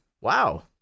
Wow